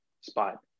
spot